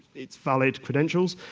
it's valid credentials,